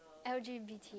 L_G_B_T